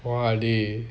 what are they